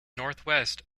northwest